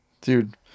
dude